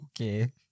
Okay